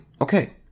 Okay